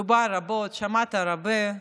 דובר רבות, שמעת הרבה.